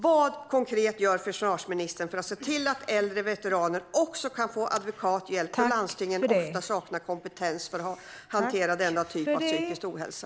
Vad, konkret, gör försvarsministern för att se till att äldre veteraner också kan få adekvat hjälp? Landstingen saknar ofta kompetens för att hantera denna typ av psykisk ohälsa.